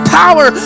power